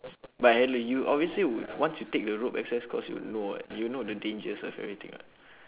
but you obviously would want to take the rope access course you would know what you'll know the dangers of everything [what]